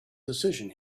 decision